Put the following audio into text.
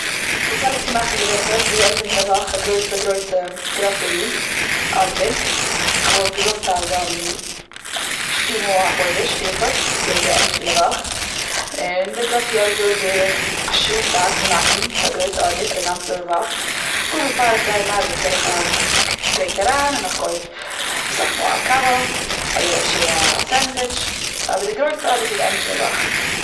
איך האב ליב צו מאכן געווענדליך ביז די ענדע פון די וואך א גרויסע, גרויסע, גראסערי ארדער. כ'וואלט געזאגט אז פיר מאל א חודש טו איך עס, יעדע ענד פון די וואך. און די גראסערי ארדער דויערט בערך א שעה צייט צו מאכן, ס'איז א גרויסע ארדער צו מאכן. אפאר מאל פאר כ'גיי און ארבעט גיב איך א א טרעט אריין און איך קויף אסאך מאל א קאווע, אדער א סענדוויטש. אבער די גרויסע ארדערס איז די ענדע פון וואך.